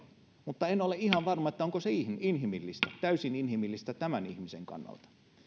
mutta en ole ihan varma onko se inhimillistä täysin inhimillistä tämän ihmisen kannalta